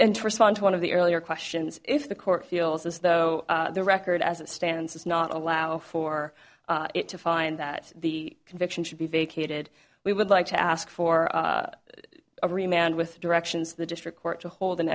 and to respond to one of the earlier questions if the court feels as though the record as it stands does not allow for it to find that the conviction should be vacated we would like to ask for every man with directions the district court to hold an